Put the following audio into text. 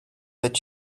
that